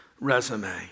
resume